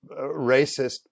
racist